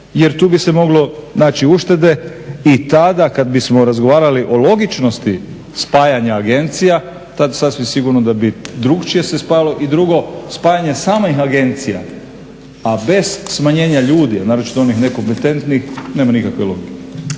jer tu bi se moglo naći uštede i tada kad bismo razgovarali o logičnosti spajanja agencija, tad sasvim sigurno da bi drugačije se spajalo i drugo, spajanje samih agencija, a bez smanjenja ljudi, naročito onih nekompetentnih nema nikakve logike.